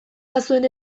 bazuen